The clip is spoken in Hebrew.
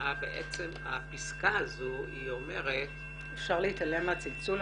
והפסקה הזו אומרת -- אפשר להתעלם מהצלצול.